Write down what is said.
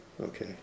okay